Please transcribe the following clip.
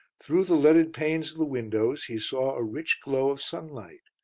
through the leaded panes of the windows he saw a rich glow of sunlight,